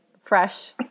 fresh